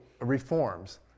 reforms